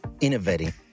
innovating